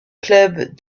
club